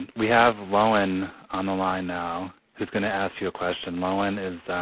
and we have lowen on the line now. who's gonna ask you a question? lowen is